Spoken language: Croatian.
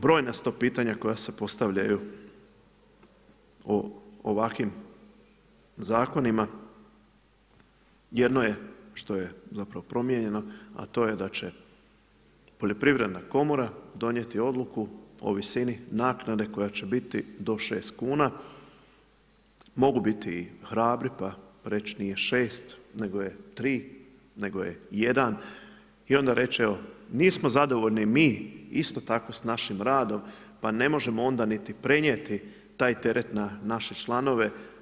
Brojna su to pitanja koja se postavljaju u ovakvim zakonima, jedno je što je zapravo promijenjeno, a to je da će poljoprivredna komora donijeti odluku o visini naknade koja će biti do 6 kuna, mogu biti i hrabri pa reći nije 6, nego je 3, nego je 1 i onda reći nismo zadovoljni mi isto tako s našim radom pa ne možemo onda niti prenijeti taj teret na naše članove.